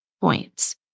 points